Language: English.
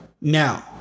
now